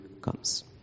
comes